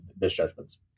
misjudgments